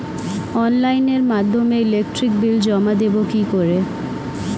অনলাইনের মাধ্যমে electric bill জমা দেবো কি করে?